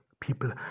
people